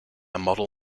model